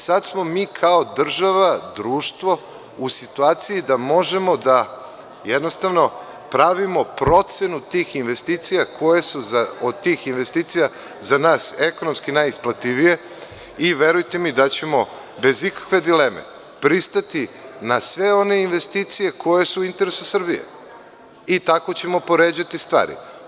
Sada smo mi kao država, društvo u situaciji da možemo da jednostavno pravimo procenu tih investicija koje su od tih investicija za nas ekonomski najisplativije i verujte mi da ćemo bez ikakve dileme pristati na sve one investicije koje su u interesu Srbije i tako ćemo poređati stvari.